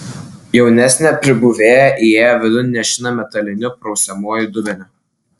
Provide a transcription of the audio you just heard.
jaunesnė pribuvėja įėjo vidun nešina metaliniu prausiamuoju dubeniu